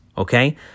Okay